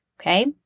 okay